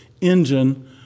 engine